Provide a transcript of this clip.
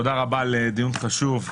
תודה רבה על דיון חשוב,